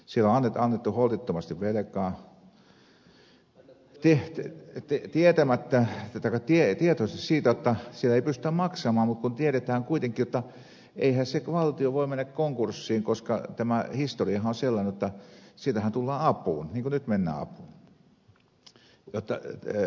siellä on annettu holtittomasti velkaa tietoisena siitä jotta siellä ei pystytä maksamaan mutta tiedetään kuitenkin jotta eihän se valtio voi mennä konkurssiin koska tämä historiahan on sellainen jotta sieltähän tullaan apuun niin kuin nyt mennään apuun